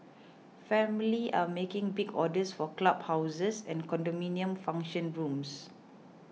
family are making big orders for club houses and condominium function rooms